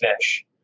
fish